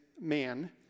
man